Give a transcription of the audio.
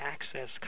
access